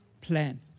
plan